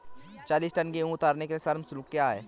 चालीस टन गेहूँ उतारने के लिए श्रम शुल्क क्या होगा?